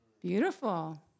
Beautiful